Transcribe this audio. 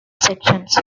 sections